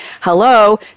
hello